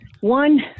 One